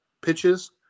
pitches